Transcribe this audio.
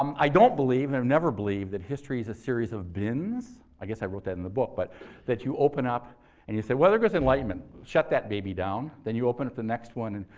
um i don't believe, and i've never believed, that history is a series of bins. i guess i wrote that in the book, but that you open up and you say, well, there goes the enlightenment. shut that baby down. then you open up the next one, and